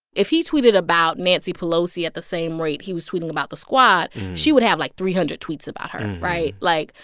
if he tweeted about nancy pelosi at the same rate he was tweeting about the squad, she would have, like, three hundred tweets about her, right? like.